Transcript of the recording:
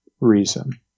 reason